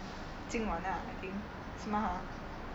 今晚 lah I think 是吗 !huh!